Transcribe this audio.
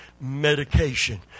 medication